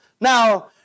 Now